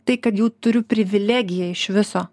tai kad jau turiu privilegiją iš viso